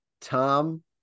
Tom